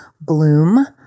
Bloom